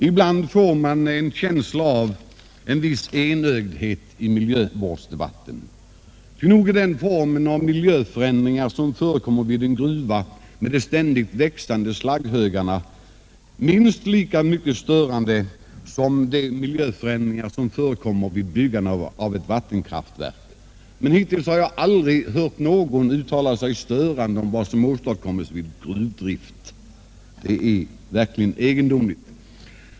Ibland får jag en känsla av en viss enögdhet i miljövårdsdebatten, ty nog är den formen av miljöförändringar som förekommer vid en gruva med de ständigt växande slagghögarna minst lika mycket störande som de miljöförändringar som förekommer vid byggande av ett vattenkraftverk. Men hittills har jag aldrig hört någon uttrycka någon reaktion mot vad som åstadkoms vid gruvdrift. Det är verkligen egendomligt.